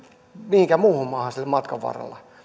mihinkään muuhun maahan siellä matkan varrella